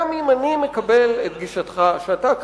גם אם אני מקבל את גישתך כרגע,